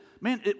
Man